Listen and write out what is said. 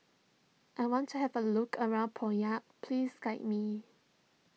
I want to have a look around Pyongyang please guide me